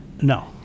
No